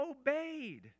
obeyed